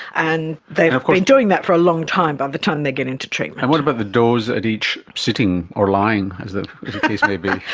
and they've been doing that for a long time by the time they get into treatment. and what about the dose at each sitting, or lying as the case may be?